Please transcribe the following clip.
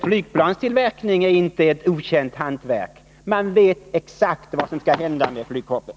Flygplanstillverkning är emellertid inte ett okänt hantverk. Man vet exakt vad som skall hända med flygkroppen.